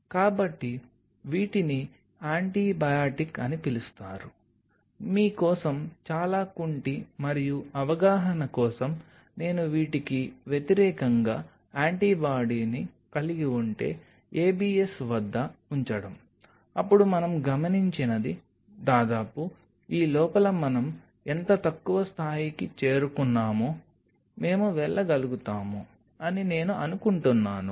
కాబట్టి వీటిని యాంటీబయాటిక్ అని పిలుస్తారు మీ కోసం చాలా కుంటి మరియు అవగాహన కోసం నేను వీటికి వ్యతిరేకంగా యాంటీబాడీని కలిగి ఉంటే ABS వద్ద ఉంచడం అప్పుడు మనం గమనించినది దాదాపు ఈ లోపల మనం ఎంత తక్కువ స్థాయికి చేరుకున్నామో మేము వెళ్ళగలుగుతాము అని నేను అనుకుంటున్నాను